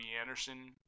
Anderson